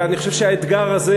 ואני חושב שהאתגר הזה,